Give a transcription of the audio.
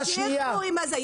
תביאו חוק מתוקן.